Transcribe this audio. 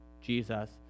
Jesus